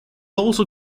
also